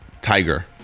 tiger